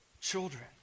children